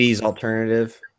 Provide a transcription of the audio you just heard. alternative